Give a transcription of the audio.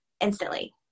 instantly